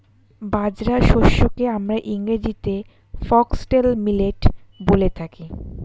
বাজরা শস্যকে আমরা ইংরেজিতে ফক্সটেল মিলেট বলে থাকি